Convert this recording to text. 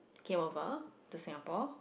came over to Singapore